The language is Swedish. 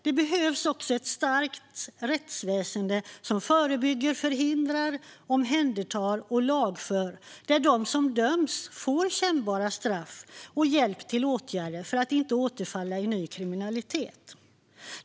Det behövs också ett starkt rättsväsen som förebygger, förhindrar, omhändertar och lagför, där de som döms får kännbara straff och hjälp till åtgärder för att inte återfalla i ny kriminalitet.